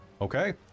Okay